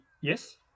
Yes